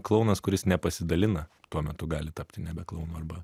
klounas kuris nepasidalina tuo metu gali tapti nebe klounu arba